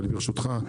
ברשותך,